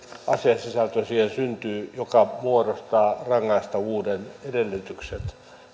asiasisältö joka muodostaa rangaistavuuden edellytykset